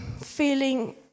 feeling